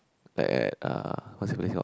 at uh what is that place called